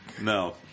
No